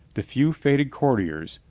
the few faded courtiers,